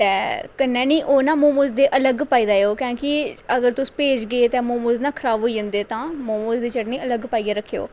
ते कन्नै ने मोमोज दे अलग पाई लैओ तां कि अगर तुस भेजगे ते मोमोज ना खराब होई आनगे तां मोमोज दी चटनी अलग पाइयै रखेओ